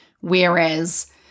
Whereas